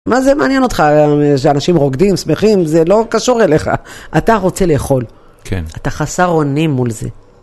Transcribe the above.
מה זה מעניין אותך שאנשים רוקדים, שמחים? זה לא קשור אליך. אתה רוצה לאכול. כן. אתה חסר עונים מול זה.